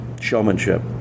showmanship